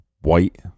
white